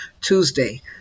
Tuesday